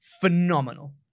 phenomenal